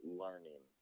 learning